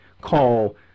call